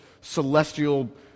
celestial